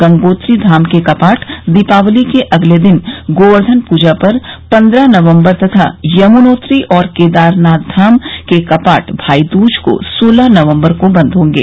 गंगोत्री धाम के कपाट दीपावली के अगले दिन गोवर्धन पूजा पर पन्द्रह नवम्बर तथा यमुनोत्री और केदारनाथ धाम के कपाट भाईदूज को सोलह नवम्बर को बन्द होंगे